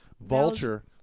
Vulture